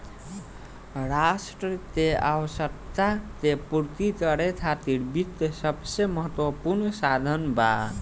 राष्ट्र के आवश्यकता के पूर्ति करे खातिर वित्त सबसे महत्वपूर्ण साधन बा